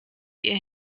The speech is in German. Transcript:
ihr